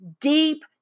deep